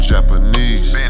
Japanese